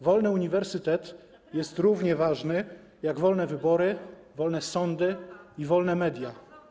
Wolny uniwersytet jest równie ważny jak wolne wybory, wolne sądy i wolne media.